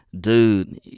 Dude